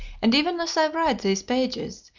and even as i write these pages,